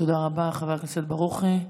תודה לחבר הכנסת ברוכי.